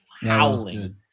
howling